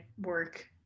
work